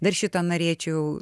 dar šį tą norėčiau